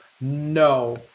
No